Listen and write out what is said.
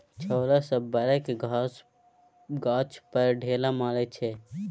छौरा सब बैरक गाछ पर ढेला मारइ छै